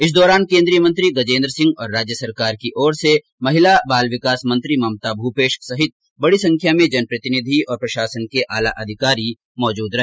इस दौरान केन्द्रीय मंत्री गजेन्द्र सिंह और राज्य सरकार की ओर से महिला बाल विकास मंत्री ममता भूपेश सहित बड़ी संख्या में जनप्रतिनिधि और प्रशासन के आला अधिकारी मौजूद रहे